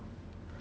then